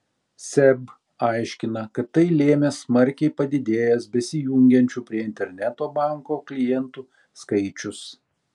seb aiškina kad tai lėmė smarkiai padidėjęs besijungiančių prie interneto banko klientų skaičius